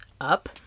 up